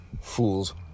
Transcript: fools